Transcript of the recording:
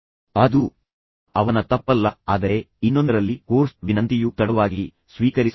ಅದು ಅವನ ತಪ್ಪಲ್ಲ ಆದರೆ ಇನ್ನೊಂದರಲ್ಲಿ ಕೋರ್ಸ್ ವಿನಂತಿಯು ತಡವಾಗಿ ಸ್ವೀಕರಿಸಲಾಗಿದೆ